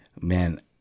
man